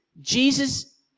Jesus